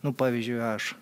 nu pavyzdžiui aš